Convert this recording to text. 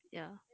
ya